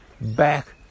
back